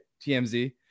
tmz